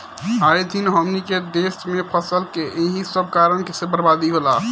आए दिन हमनी के देस में फसल के एही सब कारण से बरबादी होला